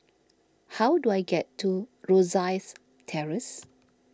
how do I get to Rosyth Terrace